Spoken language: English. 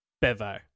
Bevo